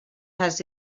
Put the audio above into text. has